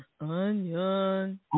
onion